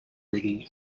ringing